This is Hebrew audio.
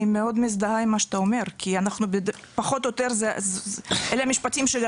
אני מאוד מזדהה עם מה שאתה אומר כי פחות או יותר אלה משפטים שגם